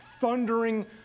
thundering